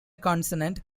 consonant